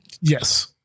Yes